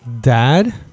dad